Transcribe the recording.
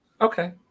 Okay